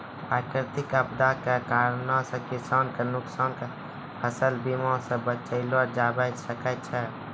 प्राकृतिक आपदा के कारणो से किसान के नुकसान के फसल बीमा से बचैलो जाबै सकै छै